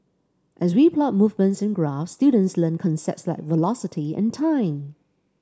as we plot movement in graphs students learn concepts like velocity and time